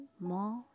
more